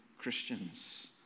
Christians